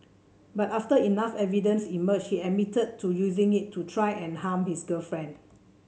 but after enough evidence emerged he admitted to using it to try and harm his girlfriend